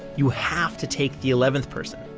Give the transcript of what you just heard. you have to take the eleventh person.